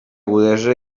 agudesa